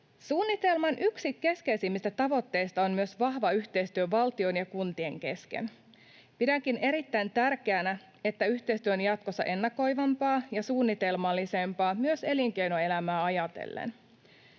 Suunnitelman yksi keskeisimmistä tavoitteista on myös vahva yhteistyö valtion ja kuntien kesken. Pidänkin erittäin tärkeänä, että yhteistyö on jatkossa ennakoivampaa ja suunnitelmallisempaa myös elinkeinoelämää ajatellen.